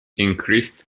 increased